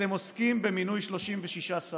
אתם עוסקים במינוי 36 שרים,